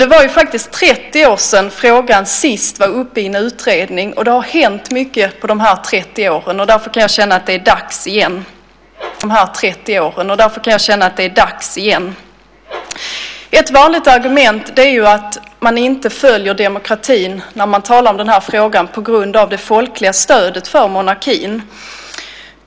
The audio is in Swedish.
Det är faktiskt 30 år sedan frågan senast var uppe i en utredning, och det har hänt mycket under dessa 30 år. Därför tycker jag att det är dags igen. Ett vanligt argument är att man inte följer demokratin i den här frågan på grund av det folkliga stödet för monarkin.